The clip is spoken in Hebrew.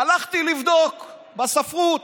הלכתי לבדוק בספרות,